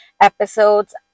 episodes